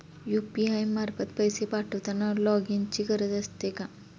UPI मार्फत पैसे पाठवताना लॉगइनची गरज असते का?